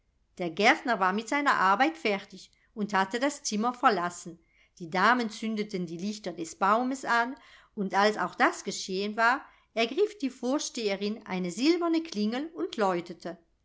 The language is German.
der gärtner war mit seiner arbeit fertig und hatte das zimmer verlassen die damen zündeten die lichter des baumes an und als auch das geschehen war ergriff die vorsteherin eine silberne klingel und läutete